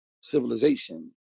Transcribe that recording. civilization